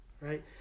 right